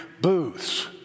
booths